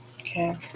Okay